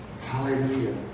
Hallelujah